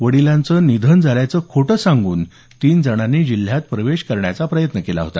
वडीलांचं निधन झाल्याचं खोटं सांगून तीन जणांनी जिल्ह्यात प्रवेश करण्याचा प्रयत्न केला होता